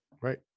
right